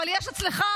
אבל יש אצלך,